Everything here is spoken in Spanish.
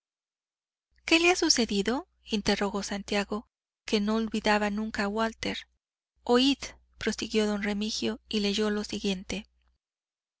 qué le ha sucedido interrogó santiago que no olvidaba nunca a walter oíd prosiguió don remigio y leyó lo siguiente